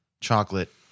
chocolate